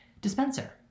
Dispenser